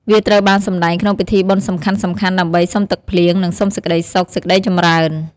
វាត្រូវបានសម្តែងក្នុងពិធីបុណ្យសំខាន់ៗ ដើម្បី សុំទឹកភ្លៀង និង សុំសេចក្តីសុខ សេចក្តីចម្រើន។